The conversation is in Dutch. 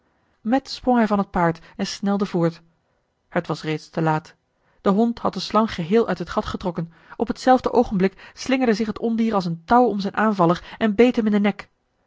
sprong hij van het paard en snelde voort het was reeds te laat de hond had de slang geheel uit het gat eli heimans willem roda getrokken op hetzelfde oogenblik slingerde zich het ondier als een touw om zijn aanvaller en beet hem in den nek